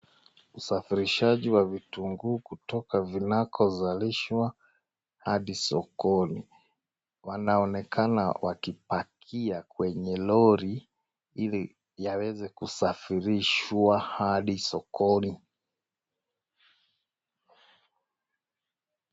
Usafirishaji wa vitunguu kutoka zinakozalishwa hadi sokoni. Wanaonekana wakipakia kwenye lori ili yaweze kusafirishwa hadi sokoni.